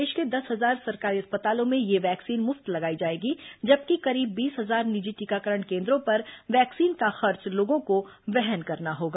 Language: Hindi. देश के दस हजार सरकारी अस्पतालों में यह वैक्सीन मुफ्त लगायी जाएगी जबकि करीब बीस हजार निजी टीकाकरण केन्द्रों पर वैक्सीन का खर्च लोगों को वहन करना होगा